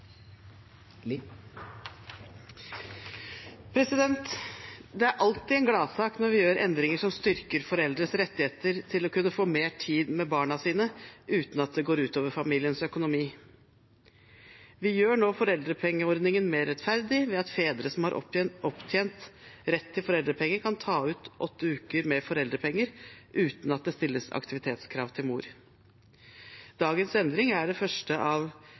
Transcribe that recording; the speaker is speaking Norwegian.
Det er alltid en gladsak når vi gjør endringer som styrker foreldres rettigheter til å kunne få mer tid med barna sine uten at det går ut over familiens økonomi. Vi gjør nå foreldrepengeordningen mer rettferdig, ved at fedre som har opptjent rett til foreldrepenger, kan ta ut åtte uker med foreldrepenger uten at det stilles aktivitetskrav til mor. Det er varslet at dagens endring er det første av